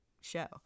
show